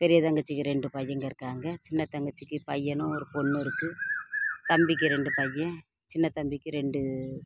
பெரிய தங்கச்சிக்கு ரெண்டு பையங்க இருக்காங்க சின்ன தங்கச்சிக்கு பையனும் ஒரு பொண்ணும் இருக்குது தம்பிக்கு ரெண்டு பையன் சின்ன தம்பிக்கு ரெண்டு